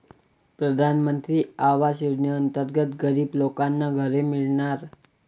प्रधानमंत्री आवास योजनेअंतर्गत गरीब लोकांना घरे मिळणार